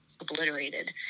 obliterated